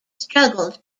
struggled